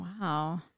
Wow